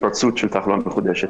התפרצות של תחלואה מחודשת,